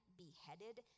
beheaded